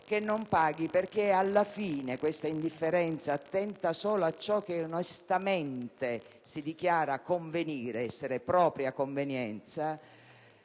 che non paghi perché, alla fine, questa indifferenza, attenta solo a ciò che onestamente si dichiara convenire, essere propria convenienza,